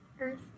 Earth